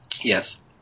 Yes